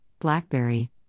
BlackBerry